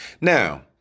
now